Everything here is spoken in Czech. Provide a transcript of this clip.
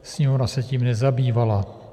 Sněmovna se tím nezabývala.